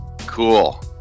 Cool